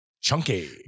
Chunky